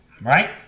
right